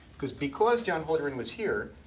because because john holdren was here,